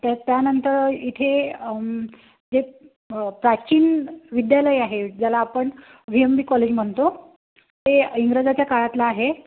त्या त्यानंतर इथे जे प्राचीन विद्यालय आहे ज्याला आपण वि एम बी कॉलेज म्हणतो ते इंग्रजाच्या काळातला आहे